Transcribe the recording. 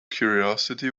curiosity